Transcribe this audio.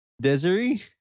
Desiree